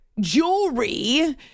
jewelry